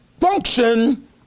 function